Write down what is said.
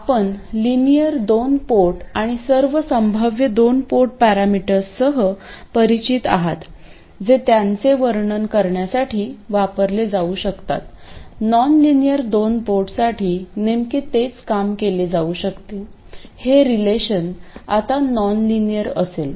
आपण लिनियर दोन पोर्ट आणि सर्व संभाव्य दोन पोर्ट पॅरामीटर्ससह परिचित आहात जे त्यांचे वर्णन करण्यासाठी वापरले जाऊ शकतात नॉनलिनियर दोन पोर्टसाठी नेमके तेच काम केले जाऊ शकते हे रेलेशन आता नॉनलिनियर असेल